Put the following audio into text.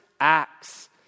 acts